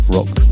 Rock